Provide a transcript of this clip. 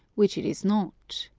which it is not.